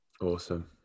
awesome